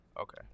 Okay